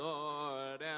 Lord